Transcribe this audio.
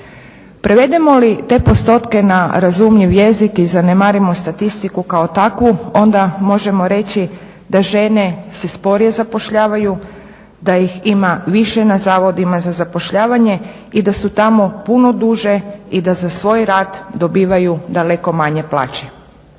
Prevedemo li te postotke na razumljiv jezik i zanemarimo statistiku kao takvu onda možemo reći da žene se sporije zapošljavaju, da ih ima više na zavodima za zapošljavanje i da su tamo puno duže i da za svoj rad dobivaju daleko manje plaće.